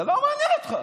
זה לא מעניין אותך.